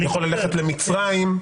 יכול ללכת למצרים,